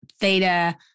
theta